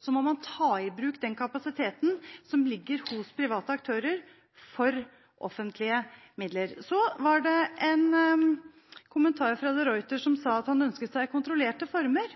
Så var det en kommentar fra de Ruiter, som sa at han ønsket seg kontrollerte former.